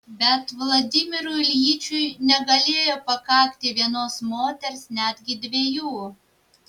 bet vladimirui iljičiui negalėjo pakakti vienos moters netgi dviejų